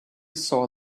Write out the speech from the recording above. saw